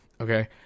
Okay